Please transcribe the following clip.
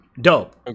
Dope